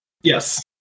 Yes